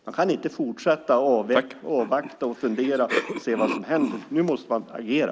Man kan inte fortsätta att avvakta, fundera och se vad som händer. Nu måste man agera.